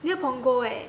near punggol eh